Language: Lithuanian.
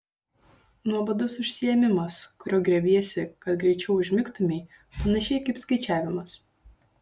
nuobodus užsiėmimas kurio griebiesi kad greičiau užmigtumei panašiai kaip skaičiavimas